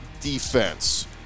defense